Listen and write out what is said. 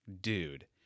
Dude